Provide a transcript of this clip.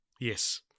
Yes